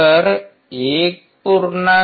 तर 1